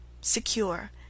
secure